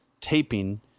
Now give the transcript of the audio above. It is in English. taping